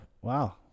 wow